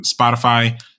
Spotify